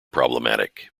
problematic